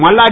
Malladi